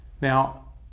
Now